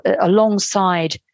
alongside